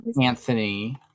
Anthony